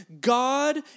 God